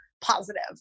positive